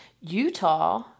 Utah